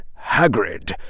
Hagrid